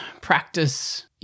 practice